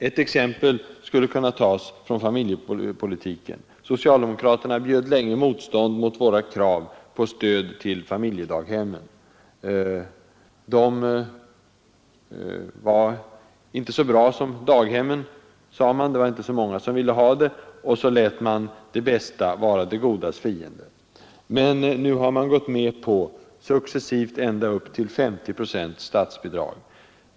Ett exempel kan tas från familjepolitiken. Socialdemokraterna bjöd länge motstånd mot våra krav på stöd till familjedaghemmen. De var inte så bra som daghemmen, sade man. Det var inte så många som ville ha dem. Och så lät man det bästa vara det godas fiende. Men nu har man successivt gått med på ända upp till 50 procents statsbidrag.